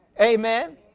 Amen